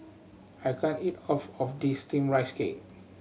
I can't eat of of this Steamed Rice Cake